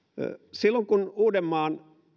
silloin kun uudenmaan